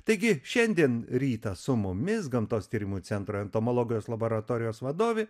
taigi šiandien rytą su mumis gamtos tyrimų centro entomologijos laboratorijos vadovė